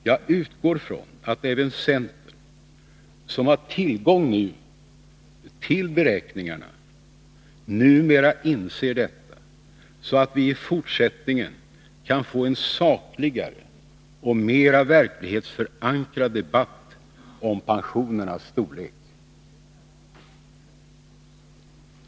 Jag utgår ifrån att även centern, som har tillgång till beräkningarna, numera inser detta, så att vi i fortsättningen kan få en sakligare och mera verklighetsförankrad debatt om pensionernas storlek.